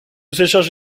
séchage